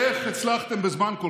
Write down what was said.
אמסלם, קרעי, רק מזרחים הוצאת.